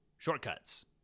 shortcuts